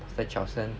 pastor charleston